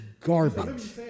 garbage